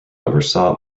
oversaw